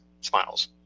Smiles